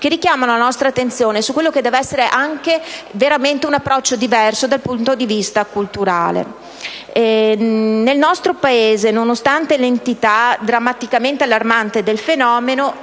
che richiamano la nostra attenzione su quello che deve essere un approccio diverso dal punto di vista culturale. Nel nostro Paese, nonostante l'entità drammaticamente allarmante del fenomeno,